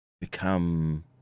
become